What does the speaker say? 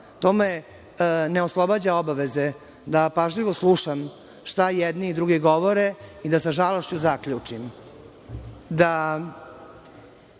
to me ne oslobađa obaveze da pažljivo slušam šta jedni drugi govore i da sa žalošću zaključim